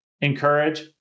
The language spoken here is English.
encourage